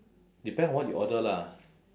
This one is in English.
depend on what you order lah